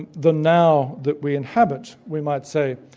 and the now that we inhabit, we might say,